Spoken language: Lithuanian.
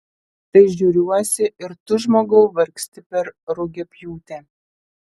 tai žiūriuosi ir tu žmogau vargsti per rugiapjūtę